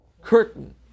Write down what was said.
curtain